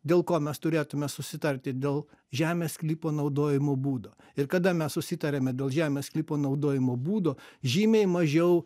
dėl ko mes turėtume susitarti dėl žemės sklypo naudojimo būdo ir kada mes susitarėme dėl žemės sklypo naudojimo būdo žymiai mažiau